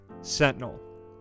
sentinel